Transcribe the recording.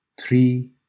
Three